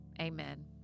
Amen